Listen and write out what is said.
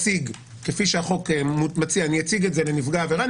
כפי שהחוק מציע אני אציג את זה לנפגע העבירה,